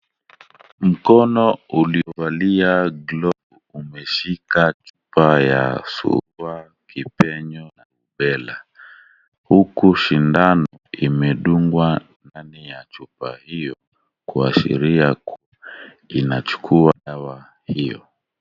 Mkono uliovalia glovu umeshika chupa ya surua, kipenyo na rubella huku sindano imedungwa ndani ya chupa hiyo kwa sheria ya kuwa inachukua dawa hiyo.